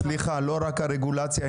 סליחה, לא רק הרגולציה.